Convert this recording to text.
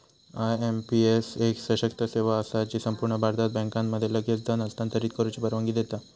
IMPS एक सशक्त सेवा असा जी संपूर्ण भारतात बँकांमध्ये लगेच धन हस्तांतरित करुची परवानगी देता